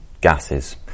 gases